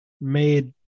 made